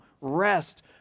rest